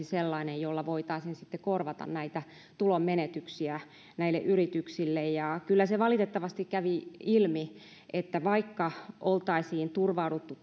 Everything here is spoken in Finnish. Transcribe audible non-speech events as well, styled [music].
[unintelligible] sellainen jolla voitaisiin sitten korvata tulonmenetyksiä näille yrityksille kyllä valitettavasti kävi ilmi että vaikka oltaisiin turvauduttu [unintelligible]